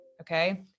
okay